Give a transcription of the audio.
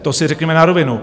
To si řekněme na rovinu.